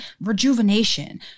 rejuvenation